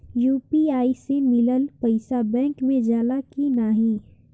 UPI से मिलल पईसा बैंक मे जाला की नाहीं?